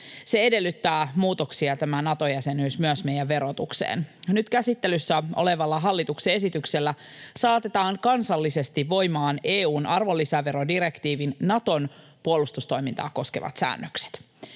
edellyttää muutoksia myös meidän verotukseen. Nyt käsittelyssä olevalla hallituksen esityksellä saatetaan kansallisesti voimaan EU:n arvonlisäverodirektiivin Naton puolustustoimintaa koskevat säännökset.